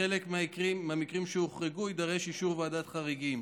בחלק מהמקרים שהוחרגו יידרש אישור ועדת חריגים.